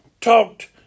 talked